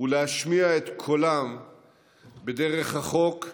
ולהשמיע את קולם בדרך החוק,